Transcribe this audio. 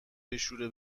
بشوره